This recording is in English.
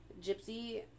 Gypsy